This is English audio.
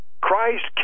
Christ